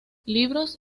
libros